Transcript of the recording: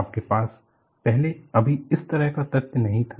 आपके पास पहले कभी इस तरह का तथ्य नहीं था